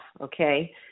okay